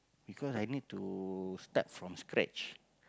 because I need to start from scratch